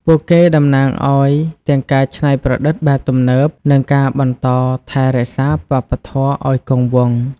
ពួកគេតំណាងឱ្យទាំងការច្នៃប្រឌិតបែបទំនើប និងការបន្តថែរក្សាវប្បធម៌ឱ្យគង់វង្ស។